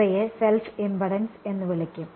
ഇവയെ self impedance എന്ന് വിളിക്കും